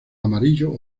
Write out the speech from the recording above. amarillo